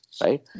right